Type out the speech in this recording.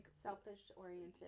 Selfish-oriented